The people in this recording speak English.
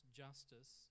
justice